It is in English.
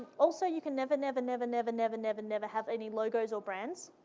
also, you can never never never never never never never have any logos or brands.